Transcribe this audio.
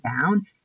down